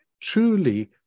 truly